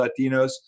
Latinos